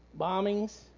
bombings